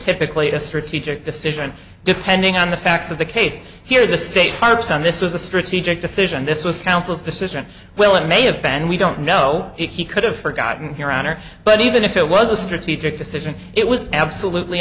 typically a strategic decision depending on the facts of the case here the state harps on this was a strategic decision this was council's decision well it may have been we don't know it he could have forgotten your honor but even if it was a strategic decision it was absolutely